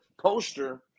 poster